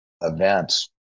events